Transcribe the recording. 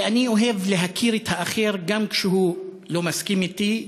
כי אני אוהב להכיר את האחר גם כשהוא לא מסכים אתי,